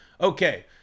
Okay